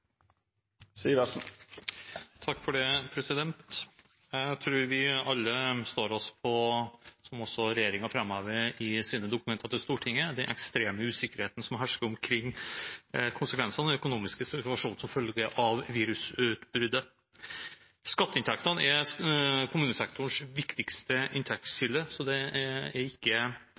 Det vert replikkordskifte. Jeg tror vi alle står oss på å se, som også regjeringen framhever i sine dokumenter til Stortinget, den ekstreme usikkerheten som hersker omkring konsekvensene og den økonomiske situasjonen som følge av virusutbruddet. Skatteinntektene er kommunesektorens viktigste inntektskilde, så det er ikke